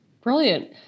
Brilliant